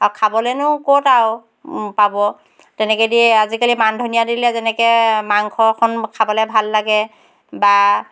আৰু খাবলৈনো ক'ত আৰু পাব তেনেকেদি আজিকালি মানধনিয়া দিলে যেনেকৈ মাংসকণ খাবলৈ ভাল লাগে বা